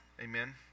Amen